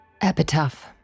Epitaph